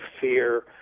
fear